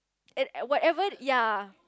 it whatever ya